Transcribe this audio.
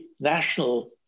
national